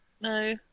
No